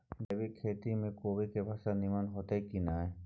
जैविक खेती म कोबी के फसल नीमन होतय की नय?